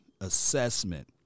assessment